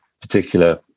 particular